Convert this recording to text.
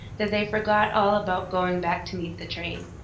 that they forgot all about going back to meet the train.